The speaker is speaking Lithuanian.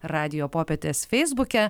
radijo popietės feisbuke